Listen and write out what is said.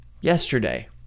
Yesterday